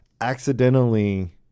accidentally